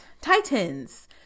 titans